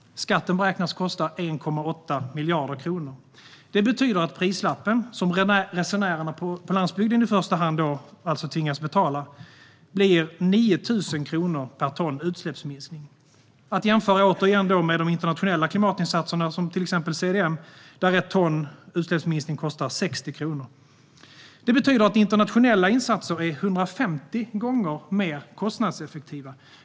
Skatten beräknas kosta 1,8 miljarder kronor. Det betyder att prislappen, som i första hand resenärerna på landsbygden tvingas betala, blir 9 000 kronor per ton utsläppsminskning - att jämföra med internationella klimatinsatser såsom CDM, där ett tons utsläppsminskning kostar 60 kronor. Det betyder att internationella insatser är 150 gånger mer kostnadseffektiva.